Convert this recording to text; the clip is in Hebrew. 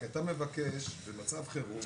כי אתה מבקש במצב חירום